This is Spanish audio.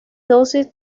dosis